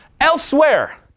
elsewhere